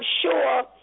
sure